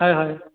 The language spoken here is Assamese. হয় হয়